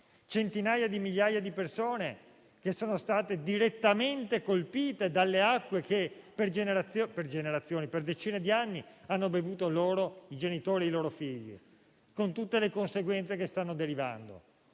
centinaia di migliaia di persone direttamente colpite dalle acque che, per decine di anni, hanno bevuto loro, i genitori e i loro figli, con tutte le conseguenze che ne stanno derivando